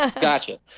Gotcha